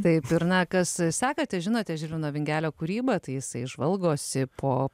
taip ir na kas sekate žinote žilvino vingelio kūrybą tai jisai žvalgosi po